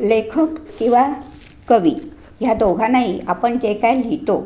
लेखक किंवा कवी ह्या दोघानांही आपण जे काय लिहितो